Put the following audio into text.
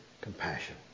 Compassion